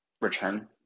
return